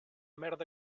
merda